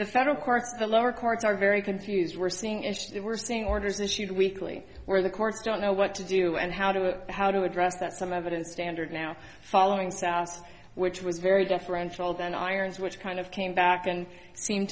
the federal courts the lower courts are very confused we're seeing issues that we're seeing orders issued weekly where the courts don't know what to do and how to how to address that some evidence standard now following sask which was very deferential than irons which kind of came back and seemed